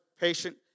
patient